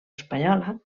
espanyola